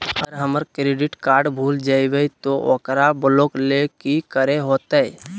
अगर हमर credit card भूल जइबे तो ओकरा ब्लॉक लें कि करे होते?